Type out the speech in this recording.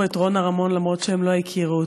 את רונה רמון למרות שהם לא הכירו אותה,